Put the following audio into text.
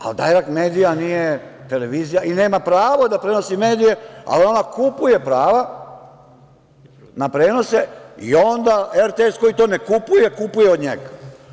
Dajrekt medija" nije televizija i nema pravo da prenosi medije, ali ona kupuje prava na prenose i onda RTS koji to ne kupuje kupuje od njega.